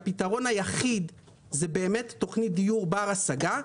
הפתרון היחיד הוא באמת תוכנית דיור בר השגה,